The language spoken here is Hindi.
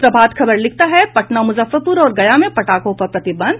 प्रभात खबर लिखता है पटना मुजफ्फरपुर और गया में पटाखा पर प्रतिबंध